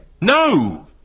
No